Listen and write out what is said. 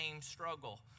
struggle